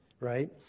right